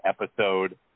episode